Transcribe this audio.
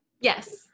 Yes